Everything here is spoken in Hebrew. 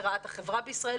לרעת החברה בישראל.